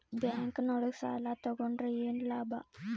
Bank ನೊಳಗ ಸಾಲ ತಗೊಂಡ್ರ ಏನು ಲಾಭ?